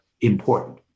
important